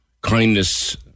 Kindness